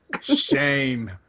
Shame